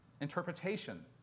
interpretation